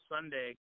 Sunday